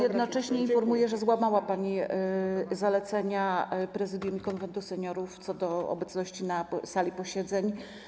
Jednocześnie informuję, że złamała pani zalecenia Prezydium i Konwentu Seniorów co do obecności na sali posiedzeń.